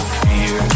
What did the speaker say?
fear